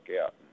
out